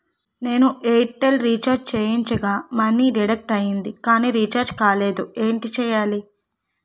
నేను Airtel recharge చేయించగా money deduct అయ్యింది కానీ రీఛార్జ్ కాలేదు ఏంటి చేయాలి?